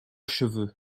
cheveux